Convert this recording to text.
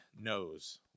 knows